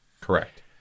correct